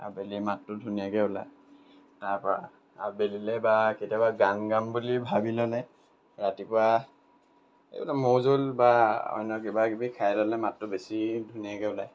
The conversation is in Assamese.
আবেলি মাতটো ধুনীয়াকৈ ওলায় তাৰপৰা আবেলিলৈ বা কেতিয়াবা গান গাম বুলি ভাবি ল'লে ৰাতিপুৱা এইবিলাক মৌজোল বা অন্য কিবাাকিবি খাই ল'লে মাতটো বেছি ধুনীয়াকৈ ওলায়